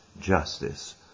justice